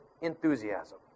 enthusiasm